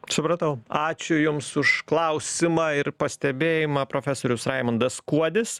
supratau ačiū jums už klausimą ir pastebėjimą profesorius raimundas kuodis